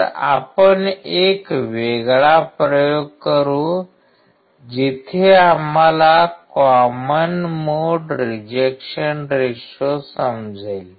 तर आपण एक वेगळा प्रयोग करू जिथे आम्हाला कॉमन मोड रिजेक्शन रेशो समजेल